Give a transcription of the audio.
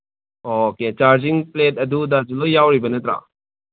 okay charging plate ꯑꯗꯨ ꯑꯗꯁꯨ ꯂꯣꯏ ꯌꯥꯎꯔꯤꯕ ꯅꯠꯇ꯭ꯔꯣ